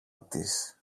της